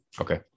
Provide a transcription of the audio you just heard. okay